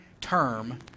term